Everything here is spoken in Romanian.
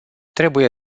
trebuie